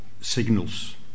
signals